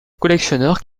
collectionneur